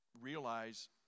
realize